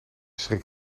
schrik